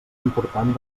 important